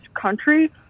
country